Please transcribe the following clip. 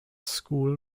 school